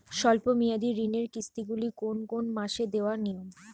স্বল্প মেয়াদি ঋণের কিস্তি গুলি কোন কোন মাসে দেওয়া নিয়ম?